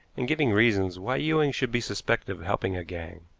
and giving reasons why ewing should be suspected of helping a gang.